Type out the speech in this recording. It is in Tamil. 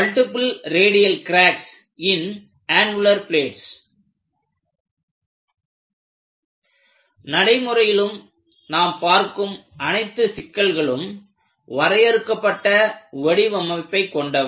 multiple radial cracks in annular plates நடைமுறையிலும் நாம் பார்க்கும் அனைத்து சிக்கல்களும் வரையறுக்கப்பட்ட வடிவமைப்பைக் கொண்டவை